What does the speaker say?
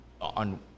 on